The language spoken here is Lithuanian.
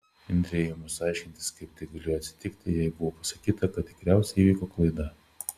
indrei ėmus aiškintis kaip tai galėjo atsitikti jai buvo pasakyta kad tikriausiai įvyko klaida